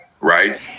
right